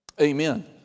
Amen